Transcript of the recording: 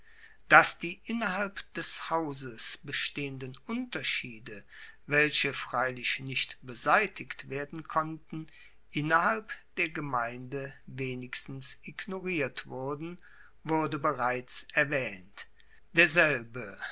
dass die innerhalb des hauses bestehenden unterschiede welche freilich nicht beseitigt werden konnten innerhalb der gemeinde wenigstens ignoriert wurden wurde bereits erwaehnt derselbe